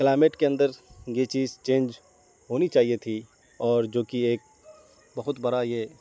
climate کے اندر یہ چیز چینج ہونی چاہیے تھی اور جوکہ ایک بہت بڑا یہ